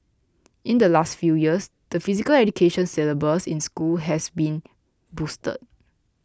in the last few years the Physical Education syllabus in school has been boosted